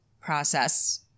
process